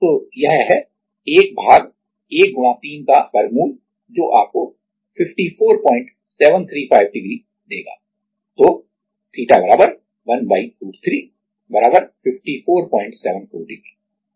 तो यह है 1 भाग 1 गुणा 3 का वर्गमूल जो आपको 54735 डिग्री देगा